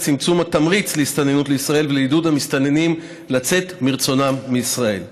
לצמצום התמריץ להסתננות לישראל ולעידוד המסתננים לצאת מרצונם מישראל.